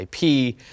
IP